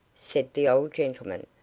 said the old gentleman,